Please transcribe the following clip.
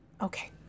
Okay